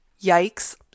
Yikes